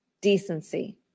decency